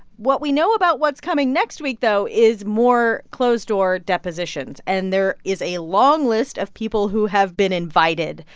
what we know about what's coming next week, though, is more closed-door depositions. and there is a long list of people who have been invited.